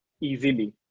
easily